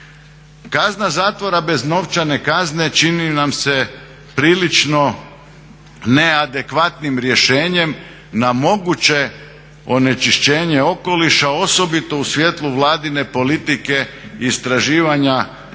Kazna zatvora bez novčane kazne čini nam se prilično neadekvatnim rješenjem na moguće onečišćenje okoliša, osobito u svjetlu Vladine politike istraživanja